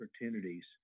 opportunities